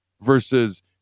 versus